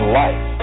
life